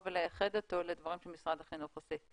ולייחד אותו לדברים שמשרד החינוך עושה.